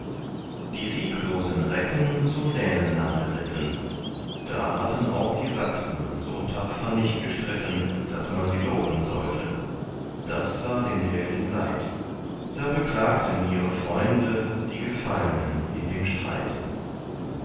die sieglosen recken zum dänenlande ritten da hatten auch die sachsen so tapfer nicht gestritten daß man sie loben sollte das war den helden leid da beklagten ihre freunde die gefallnen in dem streit